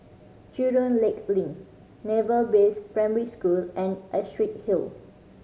Jurong Lake Link Naval Base Primary School and Astrid Hill